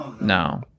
No